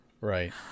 right